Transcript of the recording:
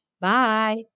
Bye